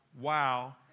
wow